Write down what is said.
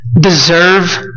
deserve